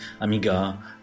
Amiga